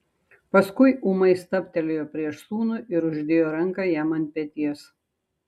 paskui ūmai stabtelėjo prieš sūnų ir uždėjo ranką jam ant peties